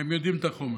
הם יודעים את החומר.